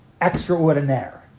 extraordinaire